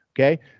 Okay